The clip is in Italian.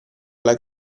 alla